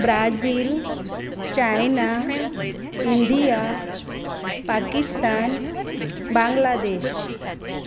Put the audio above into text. Brazil China India Pakistan Bangladesh